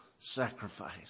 sacrifice